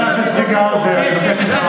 איך שאתה רוצה,